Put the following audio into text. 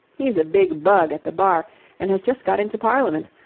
he's a big bug at the bar and has just got into parliament.